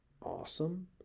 awesome